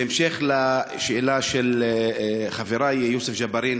בהמשך לשאלה של חברי יוסף ג'בארין